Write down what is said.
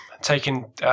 taking